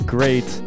Great